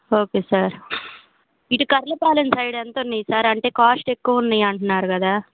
okay sir ఇటు Karlapalem side ఎంత ఉన్నాయి సార్ అంటే కాస్ట్ ఎక్కువ ఉన్నాయి అంటున్నారు కదా